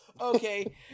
Okay